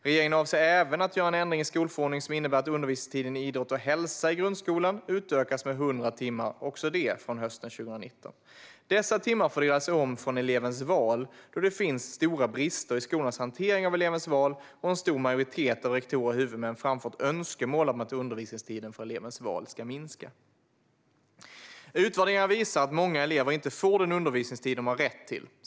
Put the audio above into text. Regeringen avser även att göra en ändring i skolförordningen som innebär att undervisningstiden i idrott och hälsa i grundskolan utökas med 100 timmar, också det från hösten 2019. Dessa timmar fördelas om från elevens val, då det finns stora brister i skolornas hantering av elevens val och då en stor majoritet av rektorer och huvudmän framfört önskemål om att undervisningstiden för elevens val ska minska. Utvärderingar visar att många elever inte får den undervisningstid de har rätt till.